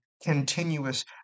Continuous